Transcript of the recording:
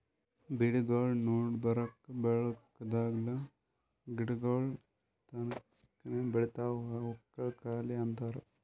ಬೆಳಿಗೊಳ್ ನಡಬರ್ಕ್ ಬೇಕಾಗಲಾರ್ದ್ ಗಿಡಗೋಳ್ ತನಕ್ತಾನೇ ಬೆಳಿತಾವ್ ಅವಕ್ಕ ಕಳಿ ಅಂತಾರ